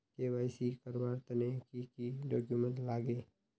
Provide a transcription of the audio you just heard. KYC करवार तने की की डॉक्यूमेंट लागे?